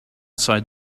side